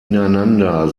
ineinander